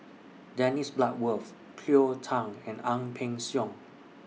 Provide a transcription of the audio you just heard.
Dennis Bloodworth Cleo Thang and Ang Peng Siong